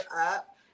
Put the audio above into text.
up